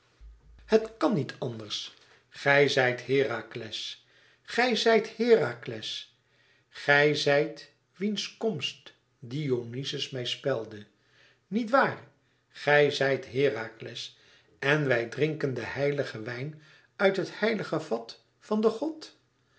het kàn niet anders gij zijt herakles gij zijt herakles gij zijt wiens komst dionyzos mij spelde niet waar gij zijt herakles en wij drinken den heiligen wijn uit het heilige vat van den god